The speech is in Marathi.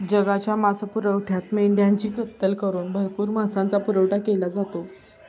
जगाच्या मांसपुरवठ्यात मेंढ्यांची कत्तल करून भरपूर मांसाचा पुरवठा केला जातो